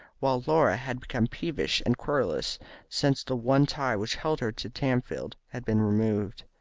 while laura had become peevish and querulous since the one tie which held her to tamfield had been removed.